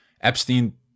Epstein